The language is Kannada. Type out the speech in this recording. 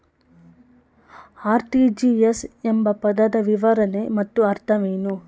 ಆರ್.ಟಿ.ಜಿ.ಎಸ್ ಎಂಬ ಪದದ ವಿವರಣೆ ಮತ್ತು ಅರ್ಥವೇನು?